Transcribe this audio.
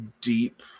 deep